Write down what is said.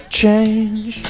change